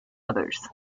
others